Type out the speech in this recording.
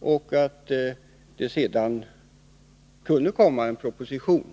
och att det sedan kunde komma en proposition.